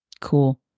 Cool